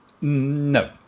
No